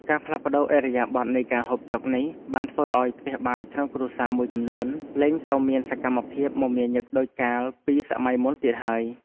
ការផ្លាស់ប្តូរឥរិយាបថនៃការហូបចុកនេះបានធ្វើឲ្យផ្ទះបាយក្នុងគ្រួសារមួយចំនួនលែងសូវមានសកម្មភាពមមាញឹកដូចកាល ពីសម័យមុនទៀតហើយ។